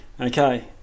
Okay